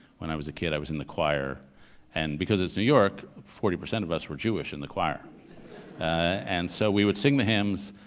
when i was a kid i was in the choir and because it's new york, forty percent of us were jewish in the choir and so we would sing the hymns,